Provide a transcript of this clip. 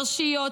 פרשיות,